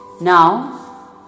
Now